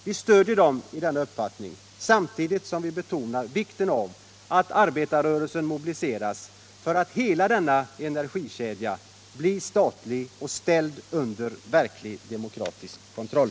Vi stödjer dem i denna uppfattning, samtidigt som vi betonar vikten av att arbetarrörelsen mobiliseras så att hela denna energikedja blir statlig och ställd under verkligt demokratisk kontroll.